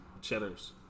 Cheddars